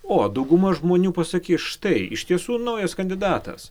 o dauguma žmonių pasakys štai iš tiesų naujas kandidatas